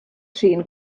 trin